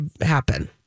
happen